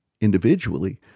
individually